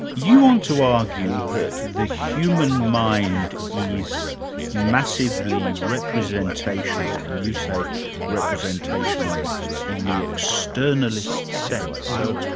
you want to argue that the human mind is massively representational, and you say representational in the externalist sense. so,